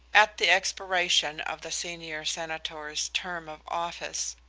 at the expiration of the senior senator's term of office,